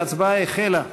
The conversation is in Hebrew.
ההצבעה החלה.